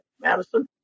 Madison